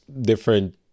different